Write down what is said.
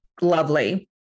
lovely